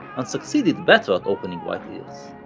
and succeeded better at opening white ears.